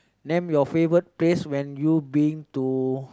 name your favourite place when you been to